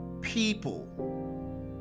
people